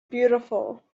beautiful